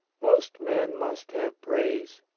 most men must have praise.